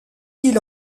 qu’il